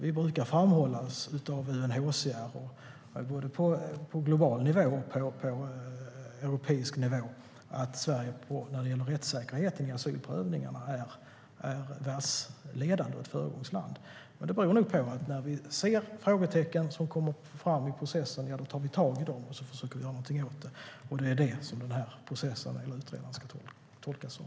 Vi brukar framhållas av UNHCR - på både global och europeisk nivå - som världsledande när det gäller rättssäkerhet vid asylprövningar. Det beror nog på att när vi ser frågetecken så tar vi tag i dem och försöker att göra någonting åt problemet. Det är detta som tillsättandet av utredaren ska tolkas som.